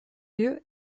lieu